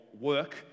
work